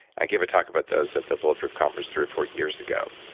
i gave a talk about those at the bulletproof conference three or four years ago.